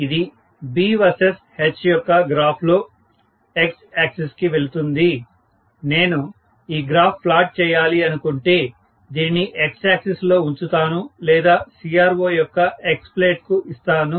కాబట్టి ఇది B vs H యొక్క గ్రాఫ్ లో X యాక్సిస్ కి వెళ్తుంది నేను ఈ గ్రాఫ్ ప్లాట్ చేయాలి అనుకుంటే దీనిని X యాక్సిస్ లో ఉంచుతాను లేదా CRO యొక్క X ప్లేట్ కు ఇస్తాను